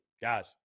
Guys